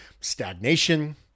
stagnation